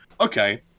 okay